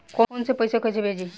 Phone से पैसा कैसे भेजी?